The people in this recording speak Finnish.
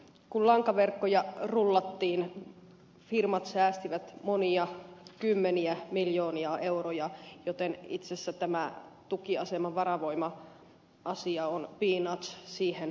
kun lankaverkkoja rullattiin firmat säästivät monia kymmeniä miljoonia euroja joten itse asiassa tämä tukiaseman varavoima asia on peanuts siihen verrattuna